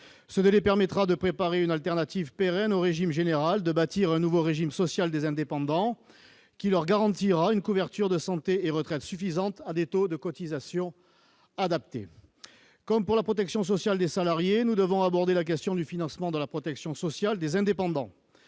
Ce délai permettra de préparer une alternative pérenne au régime général, de bâtir un nouveau régime social des indépendants qui leur garantira une couverture de santé et de retraite suffisante à des taux de cotisation adaptés. Comme pour la protection sociale des salariés, nous devons aborder la question du financement de la protection sociale des indépendants.